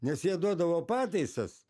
nes jie duodavo pataisas